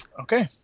Okay